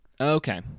Okay